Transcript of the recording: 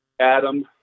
Adam